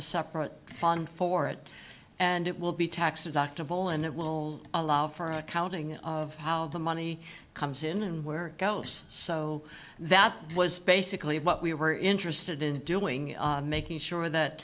a separate fund for it and it will be tax deductible and it will allow for accounting of how the money comes in and where it goes so that was basically what we were interested in doing making sure that